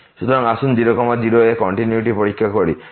সুতরাং আসুন 0 0 এ কন্টিনিউয়িটি পরীক্ষা করি